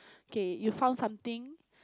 okay you found something